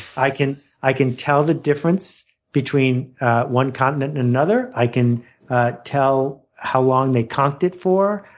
i can i can tell the difference between one continent and another. i can tell how long they conked it for.